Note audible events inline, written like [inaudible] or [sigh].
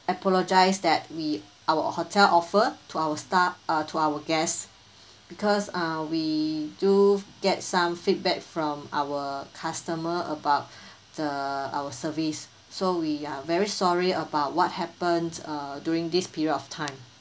apologise that we our hotel offer to our star err to our guests [breath] because uh we do get some feedback from our customer about [breath] the our service so we are very sorry about what happens uh during this period of time